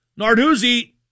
Narduzzi